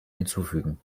hinzufügen